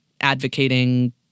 advocating